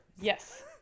Yes